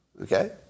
Okay